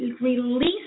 release